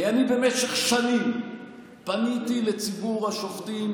כי אני במשך שנים פניתי לציבור השופטים